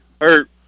hurt